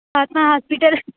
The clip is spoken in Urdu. آشا ہاسپٹل